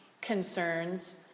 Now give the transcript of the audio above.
concerns